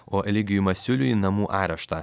o eligijui masiuliui namų areštą